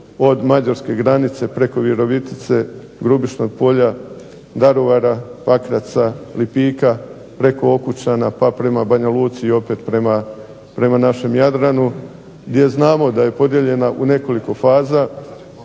od mađarske granice preko Virovitice, Grubišnog Polja, Daruvara, Pakraca, Lipika, preko Okučana, pa prema Banja Luci i opet prema našem Jadranu, gdje znamo da je podijeljena u nekoliko faza,